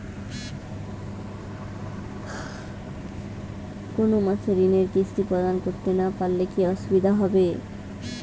কোনো মাসে ঋণের কিস্তি প্রদান করতে না পারলে কি অসুবিধা হবে?